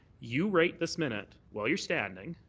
you right this minute, while you're standing,